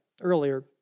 earlier